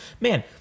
Man